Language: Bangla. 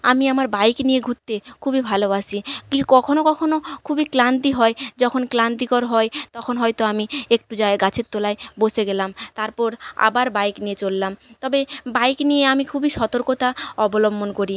আমি আমার বাইক নিয়ে ঘুরতে খুবই ভালোবাসি কি কখনো কখনো খুবই ক্লান্তি হয় যখন ক্লান্তিকর হয় তখন হয়তো আমি একটু যায় গাছের তলায় বসে গেলাম তারপর আবার বাইক নিয়ে চললাম তবে বাইক নিয়ে আমি খুবই সতর্কতা অবলম্বন করি